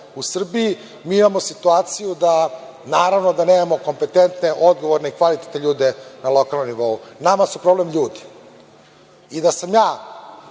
u Srbiji mi imamo situaciju da naravno da nemamo kompetentne, odgovorne i kvalitetne ljude na lokalnom nivou. Nama su problem ljudi. Da sam ja,